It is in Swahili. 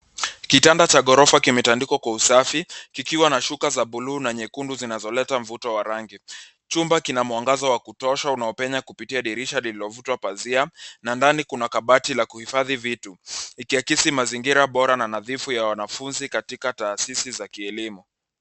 Kitanda cha ghorofa kimetandikwa kwa usafi kikiwa na shuka za buluu na nyekundu zinazoleta mvuto wa rangi. Chumba kina mwangaza wa kutosha unaopenya kupitia dirisha lililovutwa pazia na ndani kuna kabati la kuhifadhi vitu ikiakisi mazingira bora na nadhifu ya wanafunzi katika taasisi za kielimu.